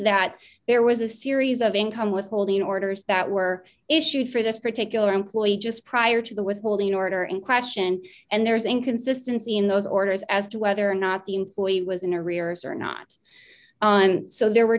that there was a series of income withholding orders that were issued for this particular employee just prior to the withholding order in question and there's inconsistency in those orders as to whether or not the employee was in a rears or not so there were